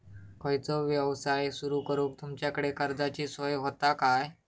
खयचो यवसाय सुरू करूक तुमच्याकडे काय कर्जाची सोय होता काय?